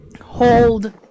Hold